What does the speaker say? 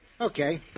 Okay